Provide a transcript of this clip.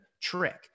trick